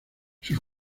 sus